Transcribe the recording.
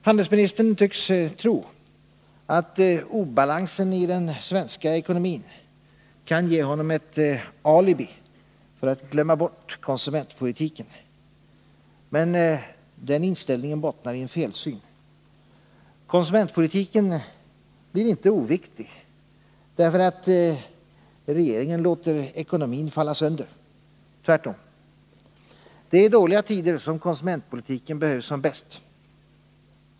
Handelsministern tycks tro att obalansen i den svenska ekonomin kan ge honom ett alibi för att glömma bort konsumentpolitiken. Men den inställningen bottnar i en felsyn. Konsumentpolitiken blir inte oviktig därför att regeringen låter ekonomin falla sönder — tvärtom. Det är i dåliga tider konsumentpolitiken behövs som bäst.